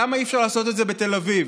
למה אי-אפשר לעשות את זה בתל אביב?